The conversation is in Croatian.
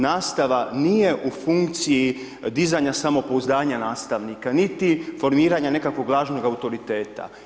Nastava nije u funkciji dizanja samopouzdanja nastavnika niti formiranja nekog lažnog autoriteta.